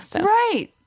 Right